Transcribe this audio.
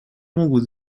могут